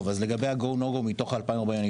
לגבי ה-GO NO GO מתוך ה-2,040 אנשים אני